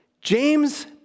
James